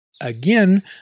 Again